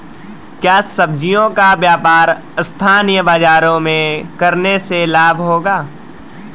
क्या सब्ज़ियों का व्यापार स्थानीय बाज़ारों में करने से लाभ होगा?